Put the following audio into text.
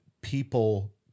people